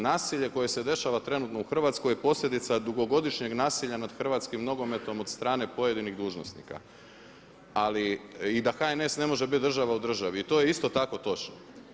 Nasilje koje se dešava trenutno u Hrvatskoj je posljedica dugogodišnjeg nasilja nad hrvatskim nogometom od strane pojedinih dužnosnika i da HNS ne može biti država u državi i to je isto tako točno.